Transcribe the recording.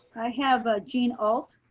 i have ah jean ault.